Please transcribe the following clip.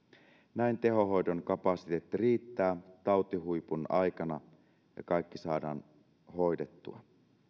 näin tehohoidon kapasiteetti riittää tautihuipun aikana ja kaikki saadaan hoidettua